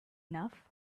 enough